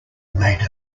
made